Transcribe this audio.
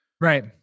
Right